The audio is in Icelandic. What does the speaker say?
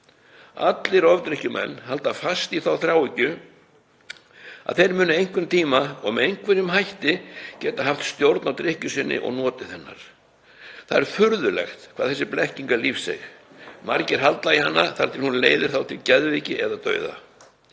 Allir ofdrykkjumenn halda fast í þá þráhyggju að þeir muni einhvern tíma og með einhverjum hætti getað haft stjórn á drykkju sinni og notið hennar. Það er furðulegt hvað þessi blekking er lífseig, margir halda í hana þangað til hún leiðir þá til geðveiki eða dauða.